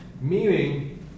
Meaning